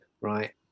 right